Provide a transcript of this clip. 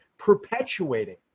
perpetuating